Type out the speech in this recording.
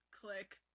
Click